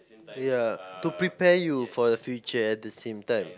ya to prepare you for the future at the same time